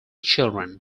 children